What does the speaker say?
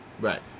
right